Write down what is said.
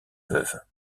veuve